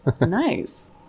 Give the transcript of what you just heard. Nice